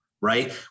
Right